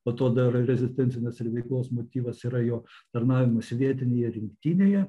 po to dar rezistencinės ir veiklos motyvas yra jo tarnavimas vietinėje rinktinėje